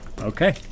Okay